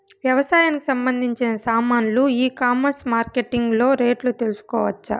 వ్యవసాయానికి సంబంధించిన సామాన్లు ఈ కామర్స్ మార్కెటింగ్ లో రేట్లు తెలుసుకోవచ్చా?